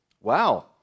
Wow